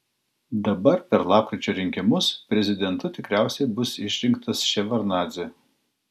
dabar per lapkričio rinkimus prezidentu tikriausiai bus išrinktas ševardnadzė